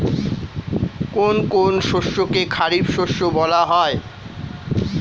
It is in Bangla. কোন কোন শস্যকে খারিফ শস্য বলা হয়?